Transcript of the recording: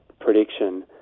prediction